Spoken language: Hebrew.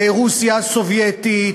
ברוסיה הסובייטית,